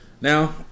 Now